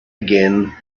again